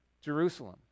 Jerusalem